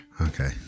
Okay